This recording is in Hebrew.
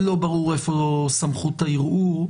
לא ברור איפה סמכות הערעור.